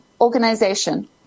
organization